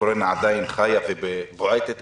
הקורונה עדיין חיה ובועטת,